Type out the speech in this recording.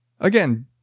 again